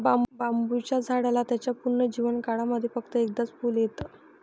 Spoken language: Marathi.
बांबुच्या झाडाला त्याच्या पूर्ण जीवन काळामध्ये फक्त एकदाच फुल येत